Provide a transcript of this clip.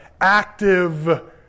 active